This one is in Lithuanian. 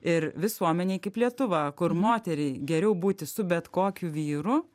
ir visuomenei kaip lietuva kur moteriai geriau būti su bet kokiu vyru